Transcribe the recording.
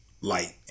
light